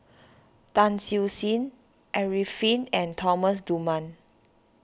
Tan Siew Sin Arifin and Thomas Dunman